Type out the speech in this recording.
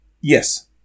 Yes